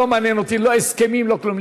לא מעניין אותי לא הסכמים, לא כלום.